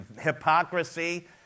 hypocrisy